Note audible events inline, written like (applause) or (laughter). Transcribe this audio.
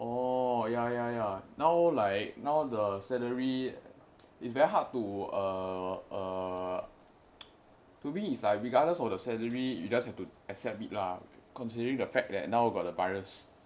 orh ya ya ya now like now the salary it's very hard to err err (noise) to me it's like regardless of the salary you just have to accept it lah considering the fact that now got the virus